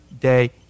day